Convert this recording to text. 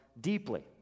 deeply